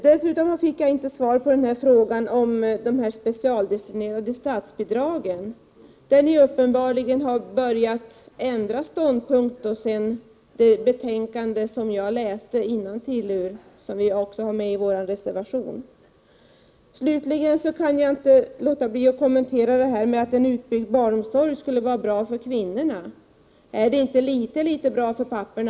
Dessutom fick jag inte svar på frågan om de specialdestinerade statsbidragen, där ni uppenbarligen har börjat ändra ståndpunkt sedan ni gjorde uttalandet i det betänkande som jag läste innantill ur — det har vi också med i vår reservation. Slutligen kan jag inte låta bli att kommentera detta om att en utbyggd barnomsorg skulle vara bra för kvinnorna. Är det inte litet, litet bra också för papporna?